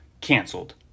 canceled